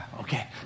okay